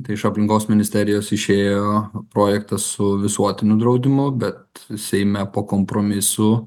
tai iš aplinkos ministerijos išėjo projektas su visuotiniu draudimu bet seime po kompromisų